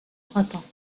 printemps